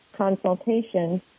consultation